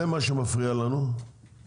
זה מה שמפריע לנו בגדול,